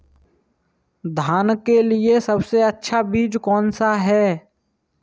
धान के लिए सबसे अच्छा बीज कौन सा है?